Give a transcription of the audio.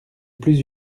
plus